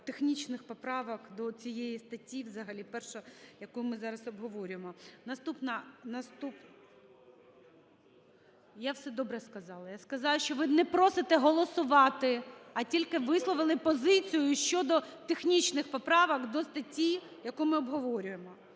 технічних поправок до цієї статті взагалі 1, яку ми зараз обговорюємо. Наступна… Я все добре сказала. Я сказала, що ви не просите голосувати, а тільки висловили позицію і щодо технічних поправок до статті, яку ми обговорюємо.